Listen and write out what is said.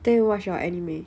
then you watch your anime